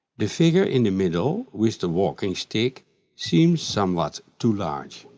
the figure in the middle with the walking stick seems somewhat too large.